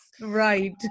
Right